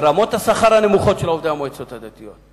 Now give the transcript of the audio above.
ברמות השכר הנמוכות של עובדי המועצות הדתיות,